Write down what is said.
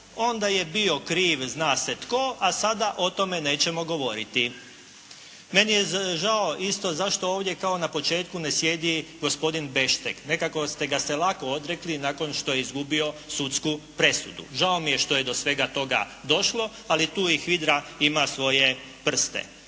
onda je bio kriv zna se tko a sada o tome nećemo govoriti. Meni je žao isto zašto ovdje kao na početku ne sjedi gospodin Beštek. Nekako ste ga se lako odrekli nakon što je izgubio sudsku presudu. Žao mi je što je do svega toga došlo ali tu i HVIDRA ima svoje prste.